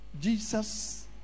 Jesus